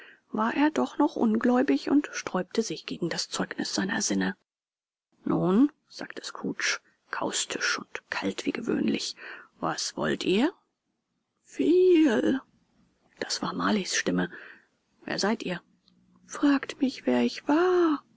war er doch noch ungläubig und sträubte sich gegen das zeugnis seiner sinne nun sagte scrooge kaustisch und kalt wie gewöhnlich was wollt ihr viel das war marleys stimme wer seid ihr fragt mich wer ich war